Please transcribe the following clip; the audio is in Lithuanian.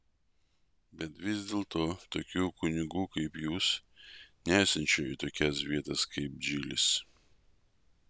bet vis dėlto tokių kunigų kaip jūs nesiunčia į tokias vietas kaip džilis